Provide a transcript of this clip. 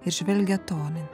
ir žvelgia toli